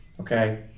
okay